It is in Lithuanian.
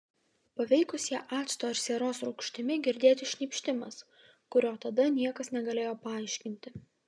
paveikus ją acto ar sieros rūgštimi girdėti šnypštimas kurio tada niekas negalėjo paaiškinti